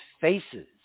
faces